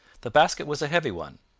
the basket was a heavy one,